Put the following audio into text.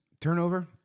turnover